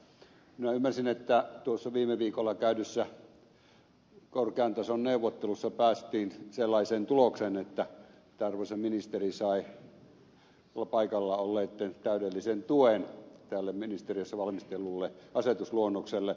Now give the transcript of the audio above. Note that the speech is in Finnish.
minä ymmärsin että tuossa viime viikolla käydyssä korkean tason neuvottelussa päästiin sellaiseen tulokseen että arvoisa ministeri sai paikalla olleitten täydellisen tuen tälle ministeriössä valmistellulle asetusluonnokselle